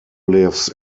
lives